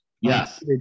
yes